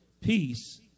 peace